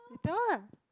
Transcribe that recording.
you tell lah